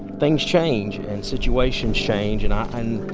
things change. and situations change. and um and